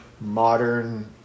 modern